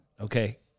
okay